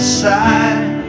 side